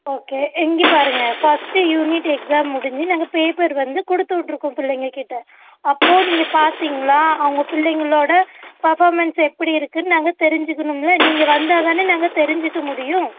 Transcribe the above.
okay இங்கே பாருங்க first unit exam முடிஞ்சு நாங்கள் பேப்பர் வந்து கொடுத்து விட்ருக்கோம் புள்ளைங்கக்கிட்ட அப்போது நீங்கள் பார்த்திங்களா அவங்க பிள்ளைங்களோட பர்ஃபாமென்ஸ் எப்படி இருக்குன்னு நாங்கள் தெரிஞ்சுக்குணும்ல நீங்கள் வந்தால் தானே நாங்கள் தெரிஞ்சுக்க முடியும்